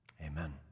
amen